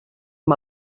amb